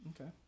Okay